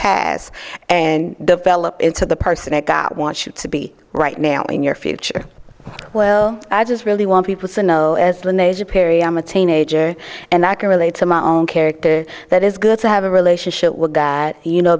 pass and develop into the person i got want you to be right now in your future well i just really want people to know as the nature perry i'm a teenager and i can relate to my own character that is good to have a relationship with that you know